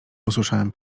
usłyszałem